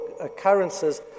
occurrences